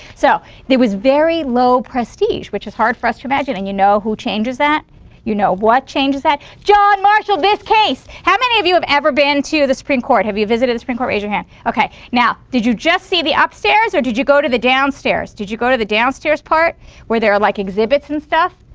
so it was very low prestige, which is hard for us to imagine. and you know who changes that you know what changes that john marshall this case! how many of you have ever been to the supreme court? have you visited the supreme court? raise your hand. okay, now did you just see the upstairs or did you go to the downstairs? did you go to the downstairs part where there are, like, exhibits and stuff?